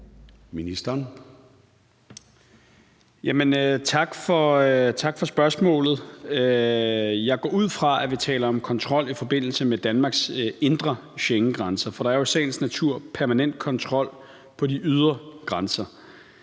Tak for spørgsmålet. Jeg går ud fra, at vi taler om kontrol i forbindelse med Danmarks indre Schengengrænser. For der er jo i sagens natur permanent kontrol ved de ydre grænser.